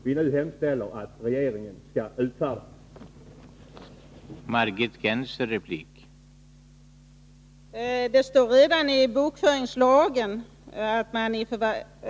Vi hemställer nu att regeringen skall utfärda sådana preciseringar.